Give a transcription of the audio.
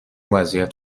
وضعیت